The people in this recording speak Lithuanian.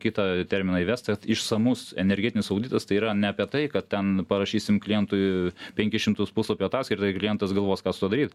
kitą terminą įvest išsamus energetinis auditas tai yra ne apie tai kad ten parašysim klientui penkis šimtus puslapių ataskaitoj ir klientas galvos ką su tuo daryt